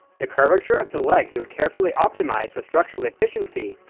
the curvature of the legs was carefully optimized for structural efficiency,